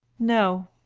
no.